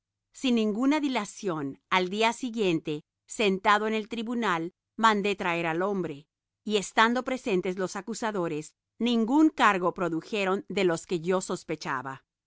sin ninguna dilación al día siguiente sentado en el tribunal mandé traer al hombre y estando presentes los acusadores ningún cargo produjeron de los que yo sospechaba